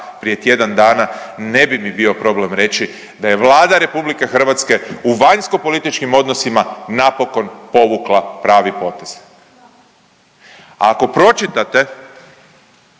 prije tjedan dana, ne bi mi bio problem reći da je Vlada RH u vanjskopolitičkim odnosima napokon povukla pravi potez. A ako pročitate,